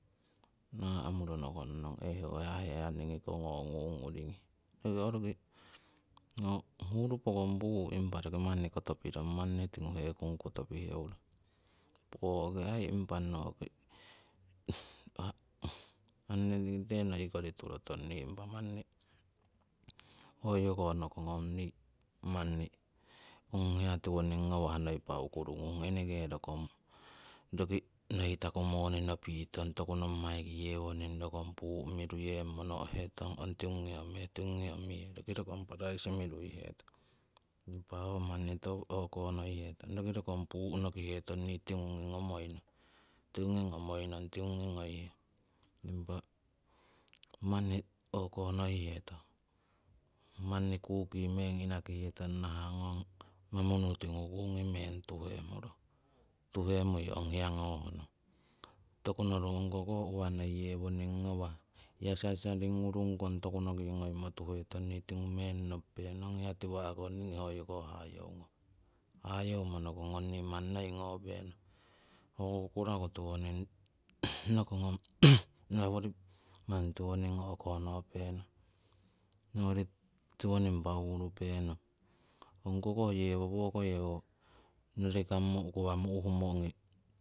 Naa'muro nokongnong hei ho hiya ningii ko hoko ho ngonung uringii, roki orukii ho huru pookong puuh impa roki manni koto pirong manni tingu hekongu koto piheurong, pooki aii impa aii noki hunretikite noikori turotong nii impah manni hoi yoko nokognong nii manni ong hiya tiwoning ngawah noi paaukuru ngung, eneke rokong roki noitaku moni nopii tong toku nommaiki yewoning rokong puuh miruyemmo no'hetong ong tinguii omihe tinguii noihe roki rongkong praisi miruihetong. Impa ho manni toku o'ko ngoihetong roki rokong puuh nokihetong nii tingungi ngomoinong, tingungi ngomoinong tingu ngoihe, impah manni o'ko ngoihetong manni kukii meng inakihetong naha ngong manunu tingu kuungii meng tuhemurung tuhemui ong hiya ngohnong, toku noru ongko koh hiya noi yewoninang ngawah hiya sarisari ngurungkong toku noki ngoimo tuhetong nii tingu meng nopupehnong, hiya tiwa'ko nii hoyoko hayeungong. Hayeumo nokongong nii manni noi ngopenong hoko kukuraku tiwoning noi nokognong noworii manni tiwoning o'ko ngopenong nowori tiwoning paauku penong, ong kokoh yewo woko yewo norikammo ukowammo uhumo ongi